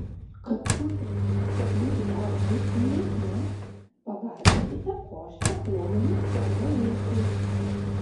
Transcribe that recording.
kad pusryčiai būtų dar maistingesni pagardinkite košę uogomis arba vaisiais